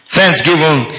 Thanksgiving